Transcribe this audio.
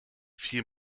viel